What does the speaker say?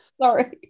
Sorry